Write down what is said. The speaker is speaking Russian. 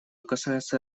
касается